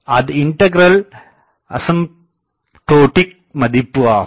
அது இண்டகிரலின் ஆசீம்ப்டோடிக் மதிப்பு ஆகும்